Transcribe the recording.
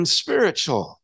spiritual